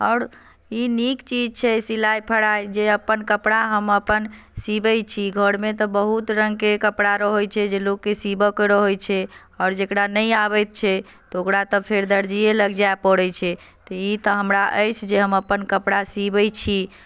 आओर ई नीक चीज छै सिलाइ फराइ जे अपन कपड़ा हम अपन सीबै छी घरमे तऽ बहुत रङ्गके कपड़ा रहैत छै जे लोककेँ सीबयके रहैत छै आओर जकरा नहि आबैत छै तऽ ओकरा तऽ फेर दर्ज़ीए लग जाय पड़ैत छै तऽ ई तऽ हमरा अछि जे हम अपन कपड़ा सीबैत छी